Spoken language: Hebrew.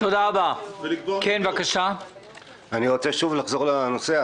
אני רוצה שוב לחזור לנושא.